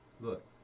look